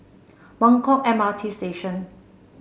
Buangkok M R T Station